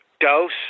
dose